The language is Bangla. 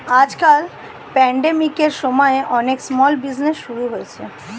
আজকাল প্যান্ডেমিকের সময়ে অনেকে স্মল বিজনেজ শুরু করেছে